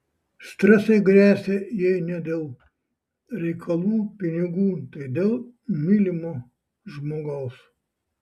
stresai gresia jei ne dėl reikalų pinigų tai dėl mylimo žmogaus